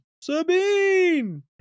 Sabine